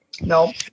no